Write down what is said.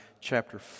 chapter